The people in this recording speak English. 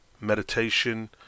meditation